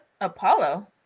Apollo